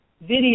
video